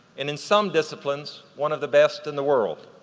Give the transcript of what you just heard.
and in some disciplines, one of the best in the world.